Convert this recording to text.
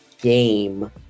game